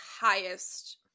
highest